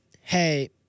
hey